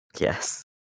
Yes